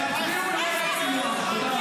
תצביעו נגד סנוואר.